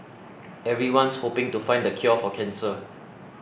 everyone's hoping to find the cure for cancer